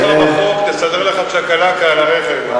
עוד תמיכה בחוק תסדר לך צ'קלקה על הרכב.